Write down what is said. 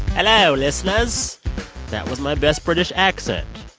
hello, listeners that was my best british accent.